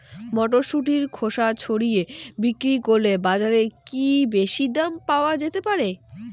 মটরশুটির খোসা ছাড়িয়ে বিক্রি করলে বাজারে কী বেশী দাম পাওয়া যেতে পারে?